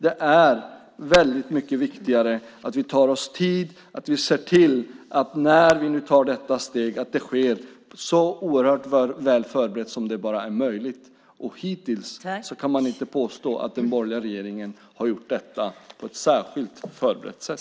Det är mycket viktigare att vi tar oss tid, att vi ser till att det, när vi nu tar detta steg, sker så väl förberett som det bara är möjligt. Hittills kan man inte påstå att den borgerliga regeringen har gjort detta på ett särskilt förberett sätt.